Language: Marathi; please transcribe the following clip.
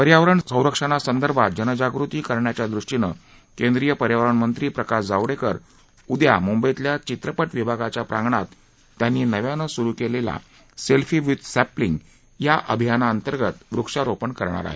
पर्यावरण संरक्षणासंदर्भात जनजागृती करण्याच्यादृष्टीनं केंद्रीय पर्यावरण मंत्री प्रकाश जावडेकर उद्या मुंबईतल्या चित्रपट विभागाच्या प्रांगणात त्यांनी नव्याने सुरु केलेल्या सेल्फी विथ सर्फिंग अभियानाअंतर्गत वृक्षारोपण करणार आहेत